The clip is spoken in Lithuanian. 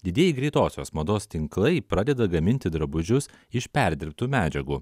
didieji greitosios mados tinklai pradeda gaminti drabužius iš perdirbtų medžiagų